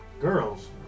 girls